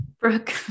Brooke